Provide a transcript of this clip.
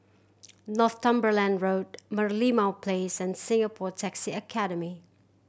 Northumberland Road Merlimau Place and Singapore Taxi Academy